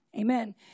Amen